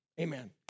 amen